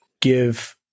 give